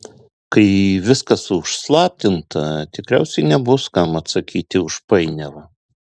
kai viskas užslaptinta tikriausiai nebus kam atsakyti už painiavą